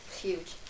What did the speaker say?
Huge